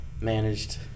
managed